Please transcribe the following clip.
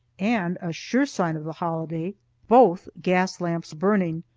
and a sure sign of a holiday both gas lamps burning.